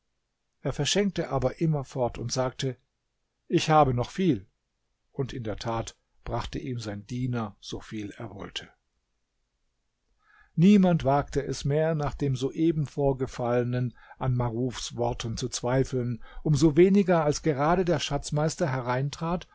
er verschenkte aber immerfort und sagte ich habe noch viel und in der tat brachte ihm sein diener soviel er wollte niemand wagte es mehr nach dem soeben vorgefallenen an marufs worten zu zweifeln um so weniger als gerade der schatzmeister hereintrat